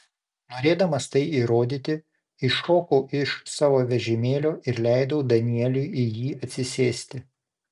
norėdamas tai įrodyti iššokau iš savo vežimėlio ir leidau danieliui į jį atsisėsti